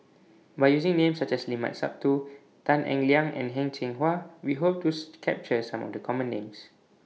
By using Names such as Limat Sabtu Tan Eng Liang and Heng Cheng Hwa We Hope to capture Some of The Common Names